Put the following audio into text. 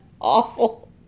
awful